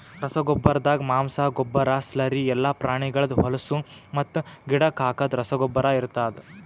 ರಸಗೊಬ್ಬರ್ದಾಗ ಮಾಂಸ, ಗೊಬ್ಬರ, ಸ್ಲರಿ ಎಲ್ಲಾ ಪ್ರಾಣಿಗಳ್ದ್ ಹೊಲುಸು ಮತ್ತು ಗಿಡಕ್ ಹಾಕದ್ ರಸಗೊಬ್ಬರ ಇರ್ತಾದ್